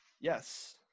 Yes